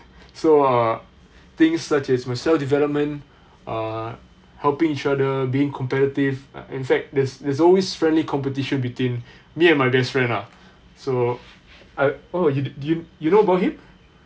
so uh things such as my self development uh helping each other being competitive in fact there's always friendly competition between me and my best friend lah so oh uh you you you know about him